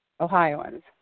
Ohioans